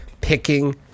picking